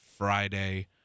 Friday